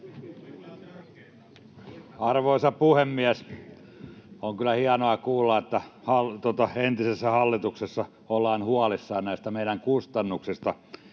Arvoisa puhemies! On kyllä hienoa kuulla, että entisessä hallituksessa ollaan huolissaan näistä meidän kustannuksista.